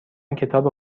کتاب